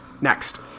Next